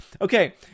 Okay